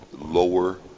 lower